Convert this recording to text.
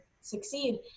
succeed